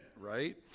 Right